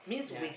ya